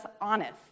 honest